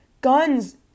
guns